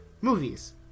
movies